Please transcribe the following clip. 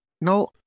No